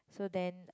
so then